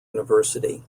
university